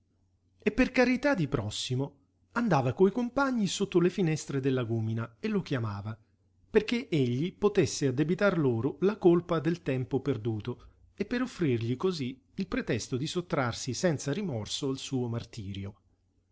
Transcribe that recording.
e per carità di prossimo andava coi compagni sotto le finestre del lagúmina e lo chiamava perché egli potesse addebitar loro la colpa del tempo perduto e per offrirgli cosí il pretesto di sottrarsi senza rimorso al suo martirio